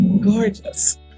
gorgeous